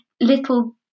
little